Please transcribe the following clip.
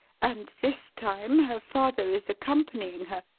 and this time her father is accompanying her.